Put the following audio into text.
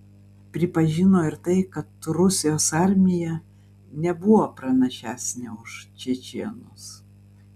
pripažino ir tai kad rusijos armija nebuvo pranašesnė už čečėnus